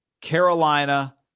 Carolina